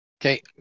okay